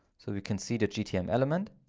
so we can see the gtm element.